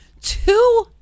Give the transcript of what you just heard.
Two